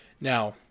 Now